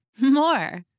more